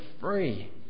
free